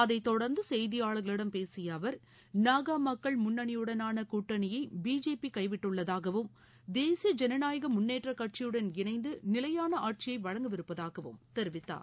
அதைத் தொடர்ந்து செய்தியாளர்களிடம் பேசிய அவர் நாகா மக்கள் முன்னணியுடனான கூட்டணியை பிஜேபி கைவிட்டுள்ளதாகவும் தேசிய ஜனநாயக முன்னேற்றக் கட்சியுடன் இணைந்து நிலையான ஆட்சியை வழங்கவிருப்பதாகவும் தெரிவித்தார்